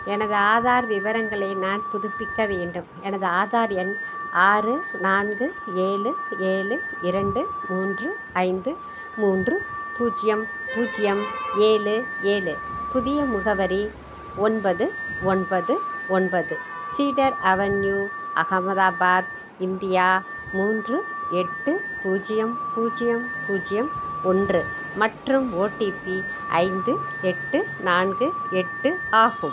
எனது ஆதார் விவரங்களை நான் புதுப்பிக்க வேண்டும் எனது ஆதார் எண் ஆறு நான்கு ஏழு ஏழு இரண்டு மூன்று ஐந்து மூன்று பூஜ்ஜியம் பூஜ்ஜியம் ஏழு ஏழு புதிய முகவரி ஒன்பது ஒன்பது ஒன்பது சீடர் அவென்யூ அகமதாபாத் இண்டியா மூன்று எட்டு பூஜ்ஜியம் பூஜ்ஜியம் பூஜ்ஜியம் ஒன்று மற்றும் ஓடிபி ஐந்து எட்டு நான்கு எட்டு ஆகும்